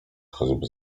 choćby